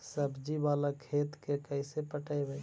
सब्जी बाला खेत के कैसे पटइबै?